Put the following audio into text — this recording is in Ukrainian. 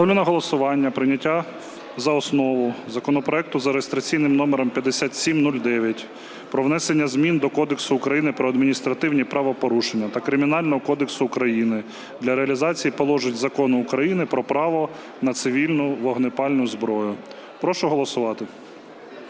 Ставлю на голосування прийняття за основу законопроекту за реєстраційним номером 5709 про внесення змін до Кодексу України про адміністративні правопорушення та Кримінального кодексу України для реалізації положень Закону України "Про право на цивільну вогнепальну зброю". Прошу голосувати.